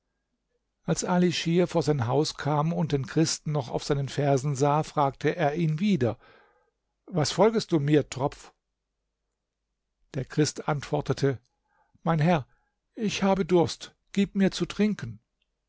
als ali schir vor sein haus kam und den christen noch auf seinen versen sah fragte er ihn wieder was folgest du mir tropf der christ antwortete mein herr ich habe durst gib mir zu trinken